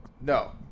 No